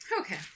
Okay